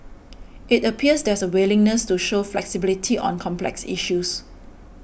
it appears there's a willingness to show flexibility on complex issues